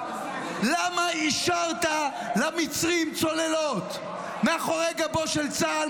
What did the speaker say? למה אישרת למצרים צוללות מאחורי גבו של צה"ל?